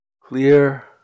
Clear